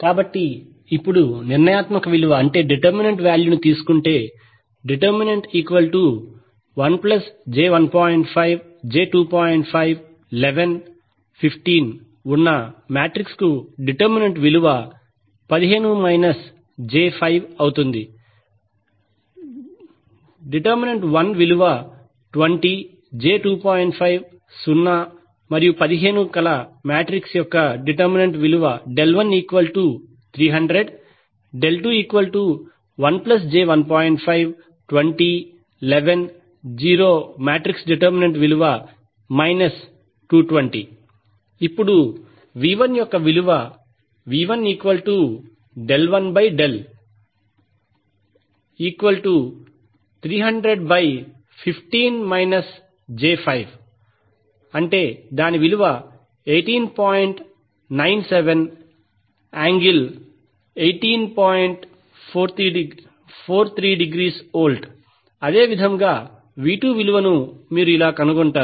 కాబట్టి ఇప్పుడు యొక్క విలువ అదే విధముగా విలువను మీరు ఇలా కనుగొంటారు